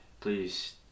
Please